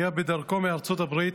היה בדרכו מארצות הברית,